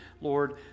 Lord